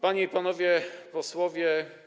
Panie i Panowie Posłowie!